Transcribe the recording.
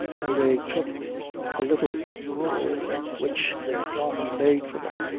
when they took a little gruel which their daughter made for them.